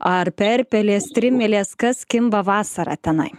ar perpelės strimelės kas kimba vasarą tenai